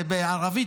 זה בערבית.